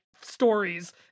stories